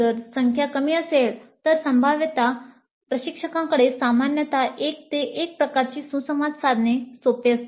जर संख्या कमी असेल तर संभाव्यत प्रशिक्षकाकडे सामान्यतः एक ते एक प्रकारची सुसंवाद साधणे सोपे असते